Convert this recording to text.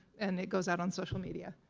and it goes out on social media.